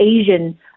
asian